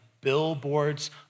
billboards